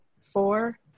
four